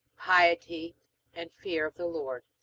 piety and fear of the lord.